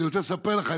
אני רוצה לספר לך,